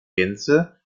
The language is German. gänze